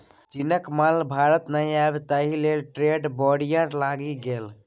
चीनक माल भारत नहि आबय ताहि लेल ट्रेड बैरियर लागि गेल